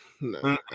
no